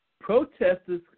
protesters